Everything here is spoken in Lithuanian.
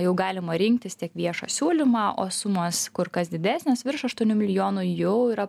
jau galima rinktis tiek viešą siūlymą o sumos kur kas didesnės virš aštuonių milijonų jau yra